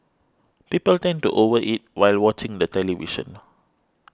people tend to over eat while watching the television